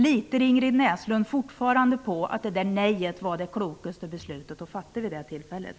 Litar Ingrid Näslund fortfarande på att det där nejet var det klokaste beslutet vid det tillfället?